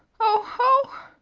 oh!